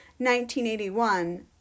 1981